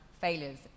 failures